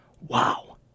Wow